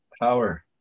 Power